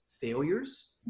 failures